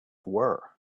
were